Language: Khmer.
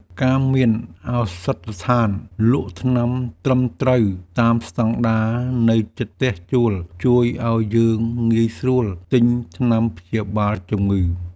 ការមានឱសថស្ថានលក់ថ្នាំត្រឹមត្រូវតាមស្តង់ដារនៅជិតផ្ទះជួលជួយឱ្យយើងងាយស្រួលទិញថ្នាំព្យាបាលជំងឺ។